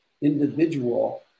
individual